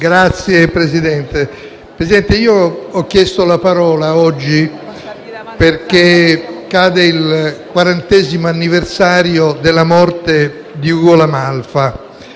*(PD)*. Signor Presidente, ho chiesto la parola oggi perché cade il quarantesimo anniversario della morte di Ugo La Malfa.